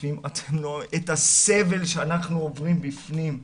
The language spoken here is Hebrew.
את הסבל שאנחנו עוברים בפנים.